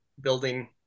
building